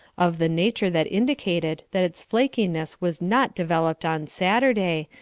of the nature that indicated that its flankiness was not developed on saturday,